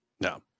No